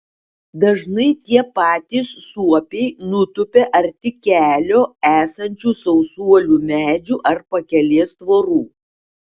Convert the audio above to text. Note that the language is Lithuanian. dažnai tie patys suopiai nutupia arti kelio esančių sausuolių medžių ar pakelės tvorų